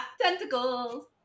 Tentacles